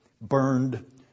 Burned